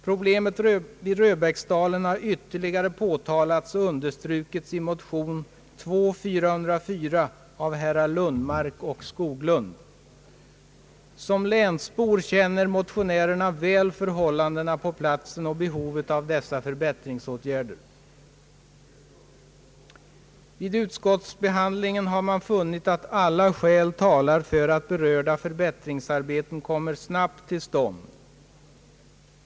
Problemen vid Röbäcksdalen har ytterligare påtalats och understrukits i motion II: 404 av herrar Lundmark och Skoglund. Som länsbor känner motionärerna väl förhållandena på platsen och behovet av dessa förbättringsåtgärder. Vid utskottsbehandlingen har man funnit att alla skäl talar för att berörda förbättringsarbeten kommer snabbt till stånd.